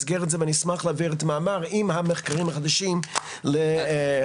ואשמח להעביר את המאמר עם המחקרים החדשים לשותפים.